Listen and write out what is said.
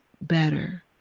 better